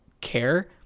care